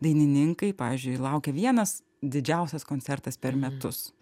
dainininkai pavyzdžiui laukia vienas didžiausias koncertas per metus